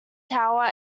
tower